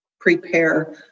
prepare